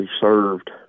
served